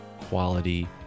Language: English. quality